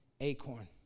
acorn